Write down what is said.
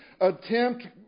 attempt